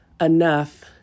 enough